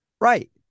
Right